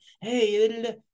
Hey